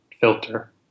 filter